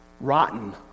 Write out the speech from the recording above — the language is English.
Rotten